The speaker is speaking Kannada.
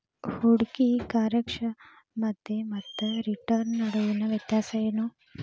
ಹೂಡ್ಕಿ ಕಾರ್ಯಕ್ಷಮತೆ ಮತ್ತ ರಿಟರ್ನ್ ನಡುವಿನ್ ವ್ಯತ್ಯಾಸ ಏನು?